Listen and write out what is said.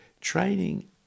training